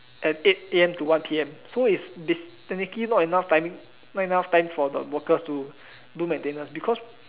at eight A_M to one P_M so it's basically technically not enough timing not enough time for the workers to do maintenance because